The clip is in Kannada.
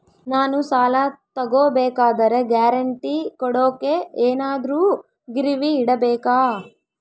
ನಾನು ಸಾಲ ತಗೋಬೇಕಾದರೆ ಗ್ಯಾರಂಟಿ ಕೊಡೋಕೆ ಏನಾದ್ರೂ ಗಿರಿವಿ ಇಡಬೇಕಾ?